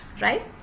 Right